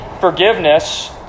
forgiveness